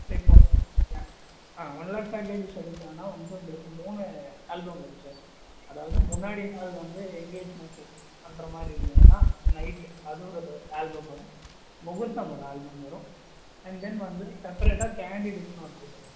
sir இப்போ ஆ ஆ ஒன் லேக் பேக்கேஜஸ் எடுக்கணும்னா வந்து உங்களுக்கு மூணு ஆல்பம் வரும் சார் அதாவது முன்னாடி நாள் வந்து என்கேஜ்மெண்ட்டு பண்ணுறமாதிரி இருந்ததுனால் நைட் அது ஒரு ஆல்பம் வரும் முகூர்த்தம் ஒரு ஆல்பம் வரும் அண்ட் தென் வந்து செப்பரேட்டாக கேன்டிடுனு ஒரு ஆல்பம் வரும்